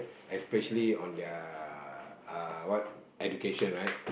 especially on their what education right